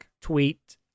tweet